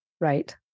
Right